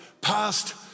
past